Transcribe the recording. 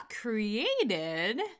created